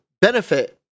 benefit